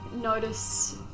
notice